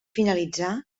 finalitzà